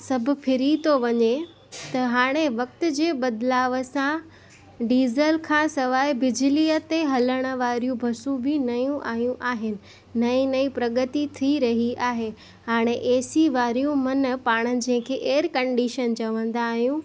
सभु फिरी थो वञे त हाणे वक़्त जे बदलाव सां डीज़ल खां सवाइ बिजलीअ ते हलण वारियूं बसूं बि नयूं आहियूं आहिनि नईं नईं प्रगती थी रही आहे हाणे ए सी वारियूं माना पाणि जंहिंखे एर कंडिशन चवंदा आहियूं